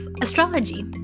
astrology